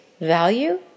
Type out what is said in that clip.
value